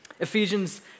Ephesians